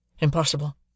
Impossible